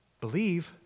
Believe